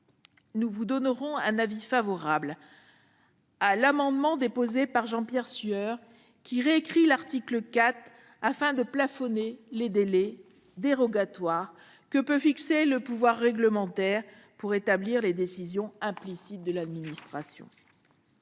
nous émettrons un avis favorable sur l'amendement déposé par Jean-Pierre Sueur qui a pour objet de réécrire l'article 4 afin de plafonner les délais dérogatoires fixés par le pouvoir réglementaire pour établir les décisions implicites de l'administration.